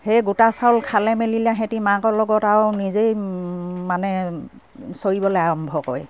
সেই গোটা চাউল খালে মেলিলে সেহঁতি মাকৰ লগত আৰু নিজেই মানে চৰিবলে আৰম্ভ কৰে